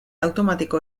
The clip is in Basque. automatiko